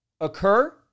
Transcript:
occur